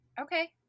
okay